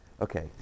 okay